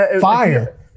Fire